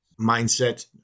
mindset